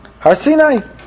Harsinai